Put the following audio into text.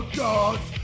gods